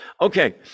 Okay